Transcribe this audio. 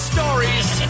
Stories